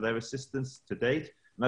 אנחנו